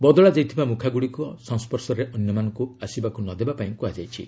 ବଦଳାଯାଇଥିବା ମୁଖାଗୁଡ଼ିକ ସଂସ୍କର୍ଶରେ ଅନ୍ୟମାନଙ୍କୁ ଆସିବାକୁ ନ ଦେବା ପାଇଁ କୁହାଯାଇଛି